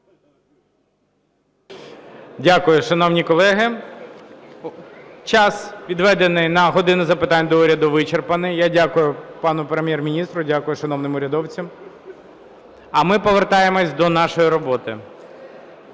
Дякую. Шановні колеги, час, відведений на "годину запитань до Уряду", вичерпаний. Я дякую пану Прем'єр-міністру, дякую шановним урядовцям. А ми повертаємося до нашої роботи.